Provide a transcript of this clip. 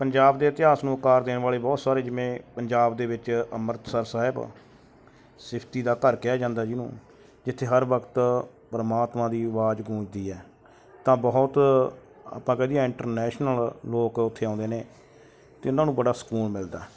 ਪੰਜਾਬ ਦੇ ਇਤਿਹਾਸ ਨੂੰ ਉਹ ਆਕਾਰ ਦੇਣ ਵਾਲੇ ਬਹੁਤ ਸਾਰੇ ਜਿਵੇਂ ਪੰਜਾਬ ਦੇ ਵਿੱਚ ਅੰਮ੍ਰਿਤਸਰ ਸਾਹਿਬ ਸਿਫਤੀ ਦਾ ਘਰ ਕਿਹਾ ਜਾਂਦਾ ਜਿਹਨੂੰ ਜਿੱਥੇ ਹਰ ਵਕਤ ਪਰਮਾਤਮਾ ਦੀ ਆਵਾਜ਼ ਗੂੰਜਦੀ ਹੈ ਤਾਂ ਬਹੁਤ ਆਪਾਂ ਕਹਿ ਦਈਏ ਇੰਟਰਨੈਸ਼ਨਲ ਲੋਕ ਉੱਥੇ ਆਉਂਦੇ ਨੇ ਅਤੇ ਉਹਨਾਂ ਨੂੰ ਬੜਾ ਸਕੂਨ ਮਿਲਦਾ